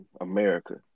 America